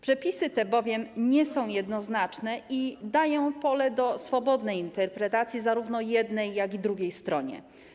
Przepisy te bowiem nie są jednoznaczne i dają pole do swobodnej interpretacji, zarówno jednej jak i drugiej stronie.